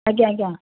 ଆଜ୍ଞା ଆଜ୍ଞା